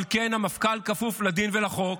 אבל כן, המפכ"ל כפוף דין ולחוק,